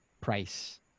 price